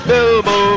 Bilbo